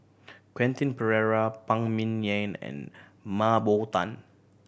Quentin Pereira Phan Ming Yen and Mah Bow Tan